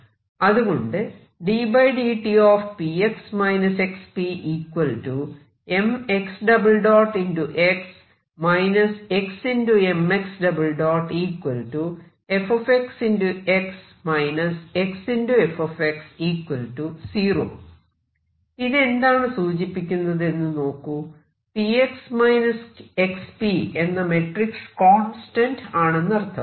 അതുകൊണ്ട് ഇത് എന്താണ് സൂചിപ്പിക്കുന്നതെന്ന് നോക്കൂ എന്ന മെട്രിക്സ് കോൺസ്റ്റന്റ് ആണെന്നർത്ഥം